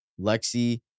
Lexi